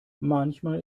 manchmal